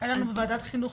היה לנו בוועדת חינוך,